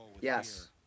Yes